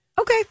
Okay